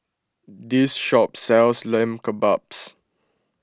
this shop sells Lamb Kebabs